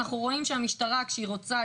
אנחנו רואים שהמשטרה כשהיא רוצה,